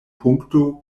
punkto